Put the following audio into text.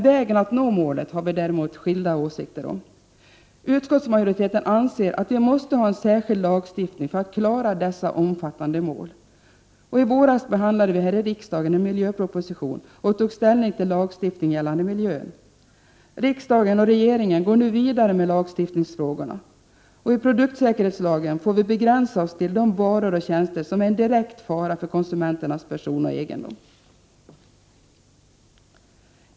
Vägen att nå målet har vi däremot skilda åsikter om. Utskottsmajoriteten anser att vi måste ha en särskild lagstiftning för att klara dessa omfattande mål. I våras behandlade vi här i riksdagen en miljöproposition och tog ställning till lagstiftning gällande miljön. Riksdagen och regeringen går nu vidare med lagstiftningsfrågorna. I produktsäkerhetslagen får vi begränsa oss till de varor och tjänster som är en direkt fara för konsumenternas person och egendom.